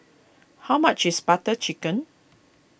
how much is Butter Chicken